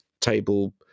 table